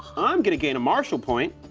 i'm going to gain a marshal point,